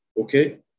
okay